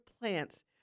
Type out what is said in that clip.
plants